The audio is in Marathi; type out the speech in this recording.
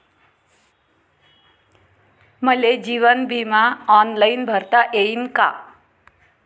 मले जीवन बिमा ऑनलाईन भरता येईन का?